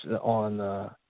on